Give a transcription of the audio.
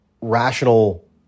rational